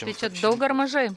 tai čia daug ar mažai